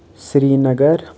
Srinagar